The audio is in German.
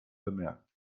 bemerkt